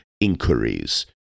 inquiries